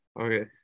Okay